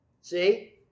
See